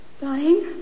Dying